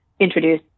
introduce